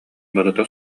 барыта